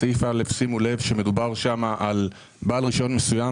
בסעיף (א) מדובר על בעל רישיון מסוים